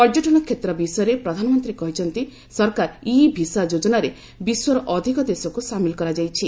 ପର୍ଯ୍ୟଟନ କ୍ଷେତ୍ର ବିଷୟରେ ପ୍ରଧାନମନ୍ତ୍ରୀ କହିଛନ୍ତି ସରକାର ଇ ଭିସା ଯୋଜନାରେ ବିଶ୍ୱର ଅଧିକ ଦେଶକୁ ସାମିଲ କରାଯାଇଛି